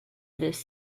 this